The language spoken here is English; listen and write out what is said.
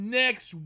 next